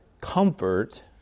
comfort